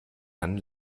dann